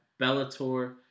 Bellator